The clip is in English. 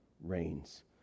reigns